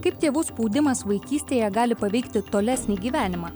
kaip tėvų spaudimas vaikystėje gali paveikti tolesnį gyvenimą